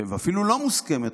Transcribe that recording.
ואפילו לא מוסכמת,